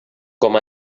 com